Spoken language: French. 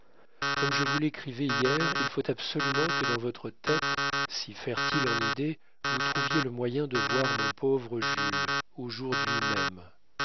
comme je vous l'écrivais hier il faut absolument que dans votre tête si fertile en idées vous trouviez le moyen de voir mon pauvre jules aujourd'hui même